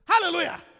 Hallelujah